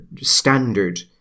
standard